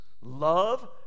love